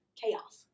chaos